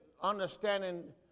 understanding